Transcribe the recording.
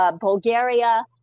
Bulgaria